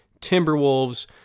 Timberwolves